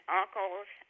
uncles